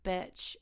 Bitch